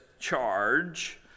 charge